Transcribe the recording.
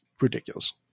ridiculous